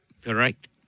Correct